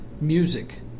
music